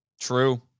True